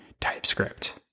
TypeScript